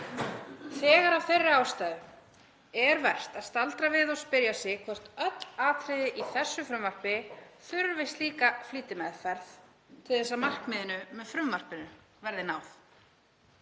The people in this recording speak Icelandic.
Þegar af þeirri ástæðu er vert að staldra við og spyrja sig hvort öll atriði í þessu frumvarpi þurfi slíka flýtimeðferð til að markmiðinu með frumvarpinu verði náð.